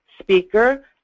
speaker